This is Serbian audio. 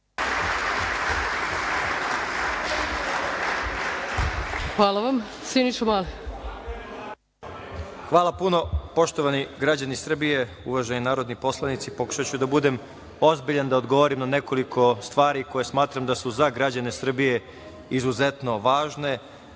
Mali. **Siniša Mali** Hvala puno. Poštovani građani Srbije, uvaženi narodni poslanici, pokušaću da budem ozbiljan, da odgovorim na nekoliko stvari koje smatram da su za građane Srbije izuzetno važne. Imali